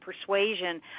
persuasion